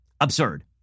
absurd